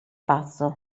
pazzo